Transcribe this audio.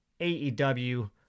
AEW